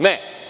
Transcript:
Ne.